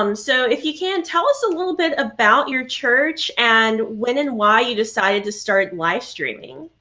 um so if you can, tell us a little bit about your church and when and why you decided to start live streaming.